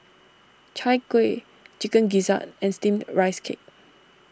Chai Kuih Chicken Gizzard and Steamed Rice Cake